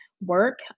work